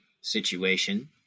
situation